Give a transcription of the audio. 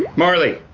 marli,